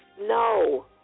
No